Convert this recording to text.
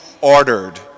ordered